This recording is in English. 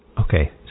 Okay